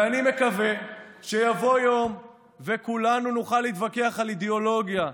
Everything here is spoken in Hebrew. ואני מקווה שיבוא היום וכולנו נוכל להתווכח על אידיאולוגיה,